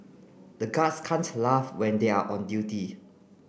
the guards can't laugh when they are on duty